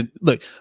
look